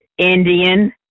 Indian